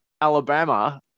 Alabama